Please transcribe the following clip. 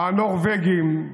הנורבגים,